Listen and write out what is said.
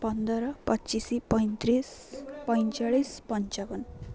ପନ୍ଦର ପଚିଶ ପଞ୍ଚତିରିଶ ପଞ୍ଚଚାଳିଶ ପଞ୍ଚାବନ